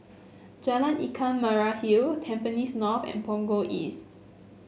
Jalan Ikan Merah Hill Tampines North and Punggol East